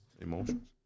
emotions